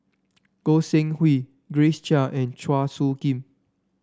Goi Seng Hui Grace Chia and Chua Soo Khim